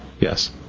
Yes